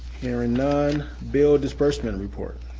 hearing none, bill disbursement and report.